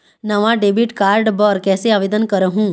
नावा debit card बर कैसे आवेदन करहूं?